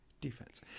defense